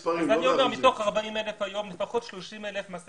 מתוך 40,000 היום לפחות 30,000 מעשר